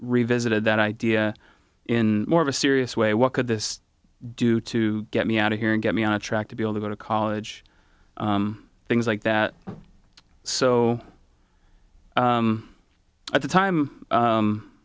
revisited that idea in more of a serious way what could this do to get me out of here and get me on a track to be able to go to college things like that so at the time